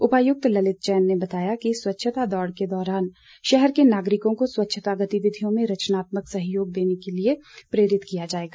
उपायुक्त ललित जैन ने बताया कि स्वच्छता दौड़ के दौरान शहर के नागरिकों को स्वच्छता गतिविधियों में रचनात्मक सहयोग देने के लिए प्रेरित किया जाएगा